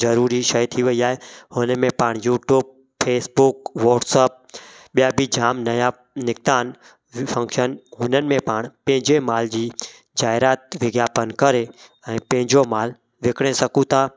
ज़रूरी शइ थी वई आहे हुन में पाण यूट्यूब फेसबुक वॉट्सअप ॿिया बि जामु नवां निकिता आहिनि विफ़क्शन हुननि में पाण पंहिंजे माल जी जायरात विज्ञापन करे ऐं पंहिंजो मालु विकिणे सघूं था